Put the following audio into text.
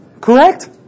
correct